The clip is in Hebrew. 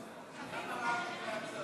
למה רק שתי הצעות?